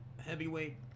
heavyweight